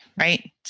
right